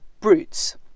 brutes